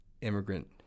immigrant